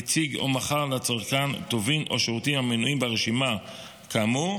הציג או מכר לצרכן טובין או שירותים המנויים ברשימה כאמור,